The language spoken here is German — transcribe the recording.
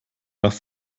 nach